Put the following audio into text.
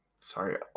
sorry